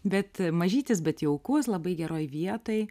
bet mažytis bet jaukus labai geroj vietoj